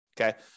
Okay